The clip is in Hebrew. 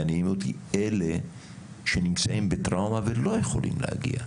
מעניינים אותי אלה שנמצאים בטראומה ולא יכולים להגיע.